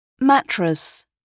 Mattress